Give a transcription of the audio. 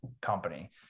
company